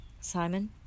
Simon